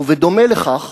ובדומה לכך,